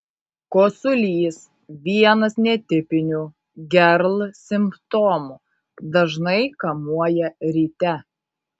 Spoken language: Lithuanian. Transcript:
kosulys vienas netipinių gerl simptomų dažnai kamuoja ryte